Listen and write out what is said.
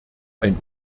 ein